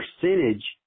percentage